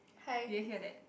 do you hear that